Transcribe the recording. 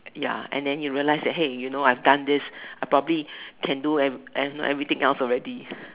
ya and than you realized that hey you know I have don't this I properly can do every~ you know everything else already